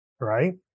right